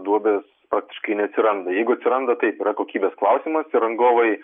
duobės praktiškai neatsiranda jeigu atsiranda taip yra kokybės klausimas ir rangovai